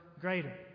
greater